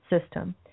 system